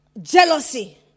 jealousy